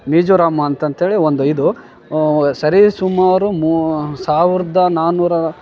ಮೀಜೋರಾಂ ಅಂತಂಥೇಳಿ ಒಂದು ಇದು ಸರಿಸುಮಾರು ಮೂ ಸಾವಿರ್ದ ನಾನೂರು